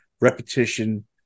repetition